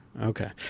Okay